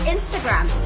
Instagram